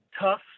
tough